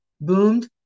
boomed